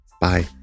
Bye